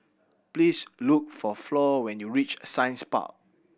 please look for Flor when you reach Science Park